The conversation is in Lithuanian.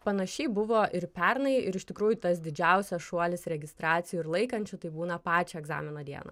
panašiai buvo ir pernai ir iš tikrųjų tas didžiausias šuolis registracijų ir laikančių tai būna pačią egzamino dieną